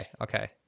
okay